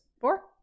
Four